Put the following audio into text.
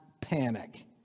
panic